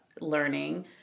learning